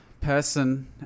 person